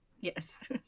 yes